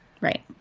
Right